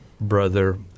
brother